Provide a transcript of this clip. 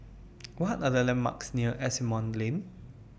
What Are The landmarks near Asimont Lane